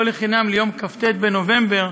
לא לחינם, יום כ"ט בנובמבר,